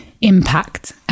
impact